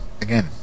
again